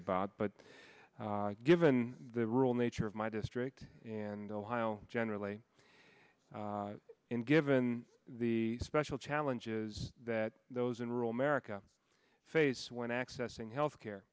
about but given the rural nature of my district and ohio generally and given the special challenges that those in rural america face when accessing health care